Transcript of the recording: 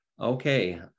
Okay